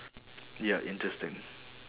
ya interesting